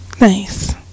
Nice